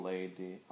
Lady